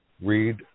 read